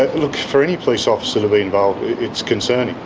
look, for any police officer to be involved it's concerning